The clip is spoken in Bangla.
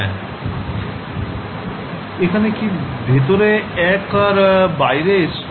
ছাত্র ছাত্রিঃ এখানে কি ভিতরে 1 আর বাইরে s2